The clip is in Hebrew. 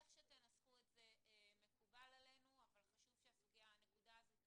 איך שתנסחו את זה מקובל עלינו אבל חשוב שהנקודה הזו